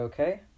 Okay